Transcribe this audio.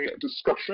discussion